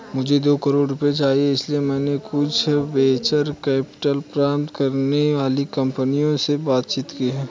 मुझे दो करोड़ रुपए चाहिए इसलिए मैंने कुछ वेंचर कैपिटल प्रदान करने वाली कंपनियों से बातचीत की है